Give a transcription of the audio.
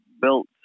built